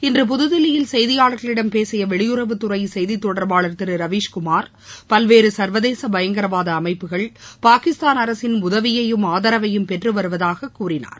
இன்று புதுதில்லியில் செய்தியாளர்களிடம் பேசிய வெளியுறவுத்துறை செய்தி தொடர்பாளர் திரு ரவீஸ்குமார் பல்வேறு சர்வதேச பயங்கரவாத அமைப்புகள் பாகிஸ்தான் அரசின் உதவியயும் ஆதரவையும் பெற்றுவருவதாக கூறினார்